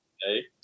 Hey